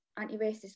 anti-racist